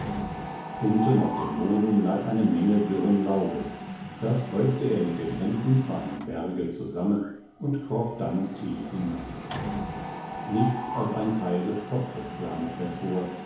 unten auf dem boden lag eine menge dürren laubes das häufte er mit den händen zu einem berge zusammen und kroch dann tief hinein nichts als ein teil des kopfes sah noch hervor